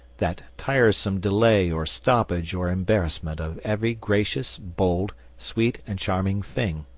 that tiresome delay or stoppage or embarrassment of every gracious, bold, sweet, and charming thing,